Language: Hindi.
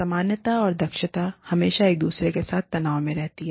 सामान्यताऔर दक्षता हमेशा एक दूसरे के साथ तनाव में रहती है